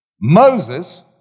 Moses